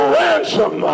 ransom